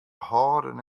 hâlden